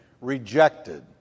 rejected